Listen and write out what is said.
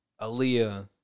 Aaliyah